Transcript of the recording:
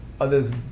others